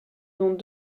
dont